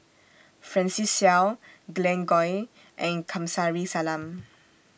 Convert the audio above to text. Francis Seow Glen Goei and Kamsari Salam